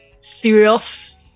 serious